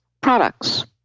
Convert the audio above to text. products